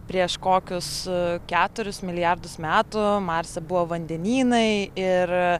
prieš kokius keturis milijardus metų marse buvo vandenynai ir